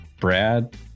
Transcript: Brad